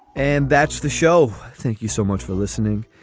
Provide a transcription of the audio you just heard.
and that's the show. thank you so much for listening.